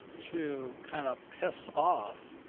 to kind of piss off